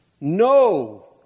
No